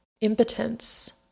impotence